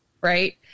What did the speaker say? Right